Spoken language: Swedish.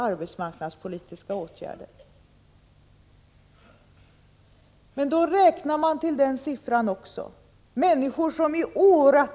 1985/86:28 dem som har sysselsättning genom våra arbetsmarknadspolitiska åtgärder.